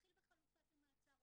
נתחיל בחלופת המעצר 'רותם'.